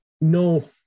No